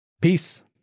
Peace